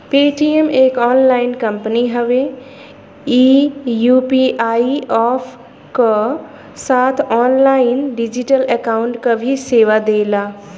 Paytm एक online company हउवे ई यू.पी.आई अप्प क साथ ऑनलाइन डिजिटल अकाउंट क भी सेवा देला